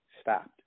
stopped